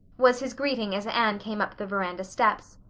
was his greeting as anne came up the veranda steps.